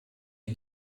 you